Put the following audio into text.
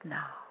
now